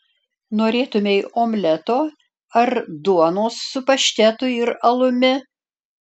norėtumei omleto ar duonos su paštetu ir alumi